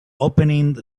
opening